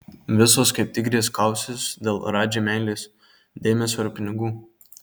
visos kaip tigrės kausis dėl radži meilės dėmesio ir pinigų